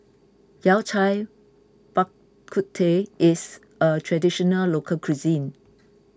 Yao Cai Bak Kut Teh is a Traditional Local Cuisine